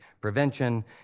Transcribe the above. prevention